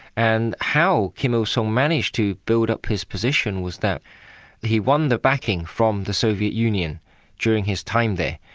and how kim il-sung ah so managed to build up his position was that he won the backing from the soviet union during his time there.